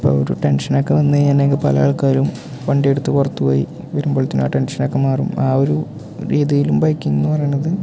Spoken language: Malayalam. ഇപ്പോൾ ഒരു ടെൻഷനൊക്കെ വന്നു കഴിഞ്ഞിട്ടുണ്ടെങ്കിൽ പല ആൾക്കാരും വണ്ടിയെടുത്ത് പുറത്തു പോയി വരുമ്പൾത്തേനും ആ ടെൻഷനൊക്കെ മാറും ആ ഒരു രീതിയിലും ബൈക്കിങ് എന്ന് പറയുന്നത്